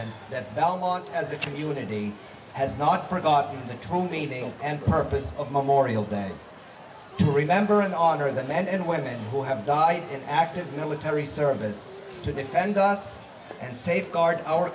men that belmont as a community has not forgotten the true meaning and purpose of memorial day to remember and honor the men and women who have died in active military service to defend us and safeguard our